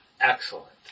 Excellent